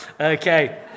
Okay